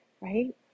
right